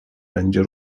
będzie